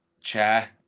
chair